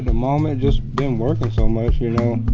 moment, just been workin' so much, you know